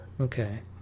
Okay